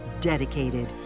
Dedicated